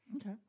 Okay